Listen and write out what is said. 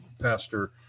pastor